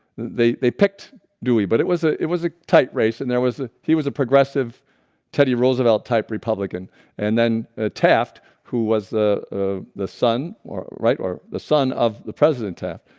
they they picked dewey but it was a it was a tight race and there was ah he was a progressive teddy roosevelt type republican and then ah taft. who was the ah the son or right or the son of the president taft?